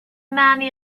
many